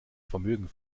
vermögen